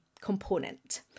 component